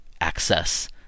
Access